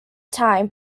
time